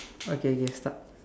okay K start